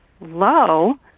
low